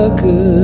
good